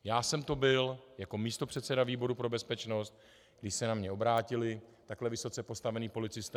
Já jsem to byl jako místopředseda výboru pro bezpečnost, když se na mě obrátili takhle vysoce postavení policisté.